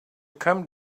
come